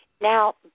Now